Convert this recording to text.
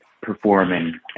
performing